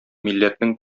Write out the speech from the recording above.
милләтнең